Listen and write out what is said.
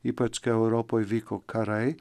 ypač kai europoj vyko karai